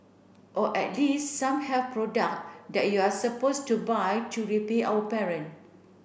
or at least some health product that you're supposed to buy to repay our parent